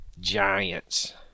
giants